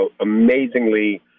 amazingly